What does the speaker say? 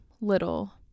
little